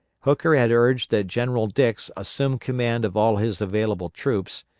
hooker had urged that general dix assume command of all his available troops,